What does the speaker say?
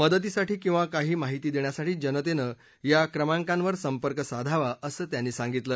मदतीसाठी किवा काही माहिती देण्यासाठी जनतेनं या क्रमांकांवर संपर्क साधावा असं त्यांनी सांगितलं